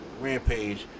Rampage